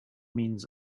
means